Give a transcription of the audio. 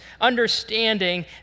understanding